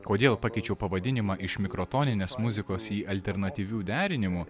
kodėl pakeičiau pavadinimą iš mikrotoninės muzikos į alternatyvių derinimų